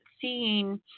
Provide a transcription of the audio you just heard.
seeing –